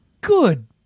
good